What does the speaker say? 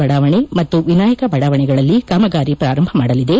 ಬಡಾವಣೆ ಮತ್ತು ವಿನಾಯಕ ಬಡಾವಣೆಗಳಲ್ಲಿ ಕಾಮಗಾರಿ ಪ್ರಾರಂಭ ಮಾದಲಿದೆ